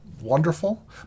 wonderful